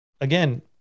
again